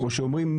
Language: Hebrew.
כמו שאומרים,